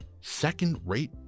second-rate